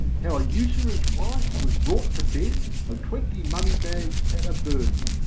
how a usurer's wife was brought to bed of twenty money-bags at a burden,